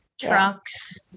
trucks